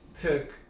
took